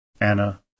Anna